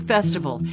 Festival